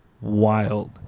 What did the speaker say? wild